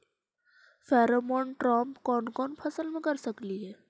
Pheromone trap कोन कोन फसल मे कर सकली हे?